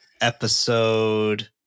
episode